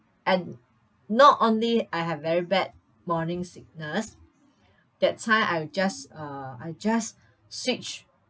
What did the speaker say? and not only I have very bad morning sickness that time I just uh I just switch